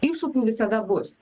iššūkių visada bus